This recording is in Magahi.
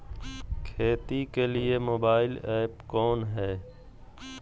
खेती के लिए मोबाइल ऐप कौन है?